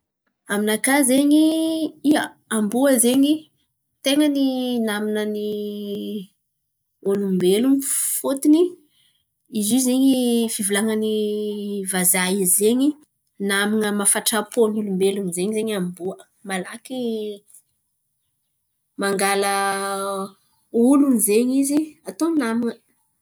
Aminakà zen̈y, ia, amboa zen̈y ten̈any naman̈any olombelon̈o fôtony izy ko zen̈y fivolan̈any vazaha izy io zen̈y, naman̈a mafatra-pôn'olombelon̈o zen̈y amboa, malaky mangala olon̈o zen̈y izy ataony naman̈a.